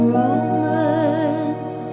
romance